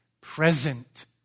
Present